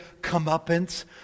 comeuppance